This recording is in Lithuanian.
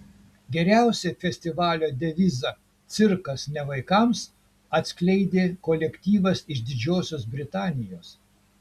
geriausiai festivalio devizą cirkas ne vaikams atskleidė kolektyvas iš didžiosios britanijos